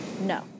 No